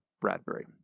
Bradbury